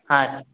ಹಾಂ ರೀ